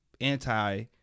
anti-